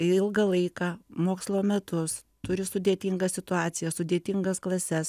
ilgą laiką mokslo metus turi sudėtingą situaciją sudėtingas klases